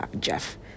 jeff